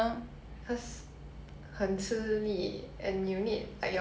ya I know 很可怜 anyways ya so yup that's a